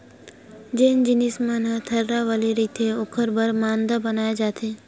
जेन जिनिस मन ह थरहा वाले रहिथे ओखर बर मांदा बनाए जाथे